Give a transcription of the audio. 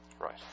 Right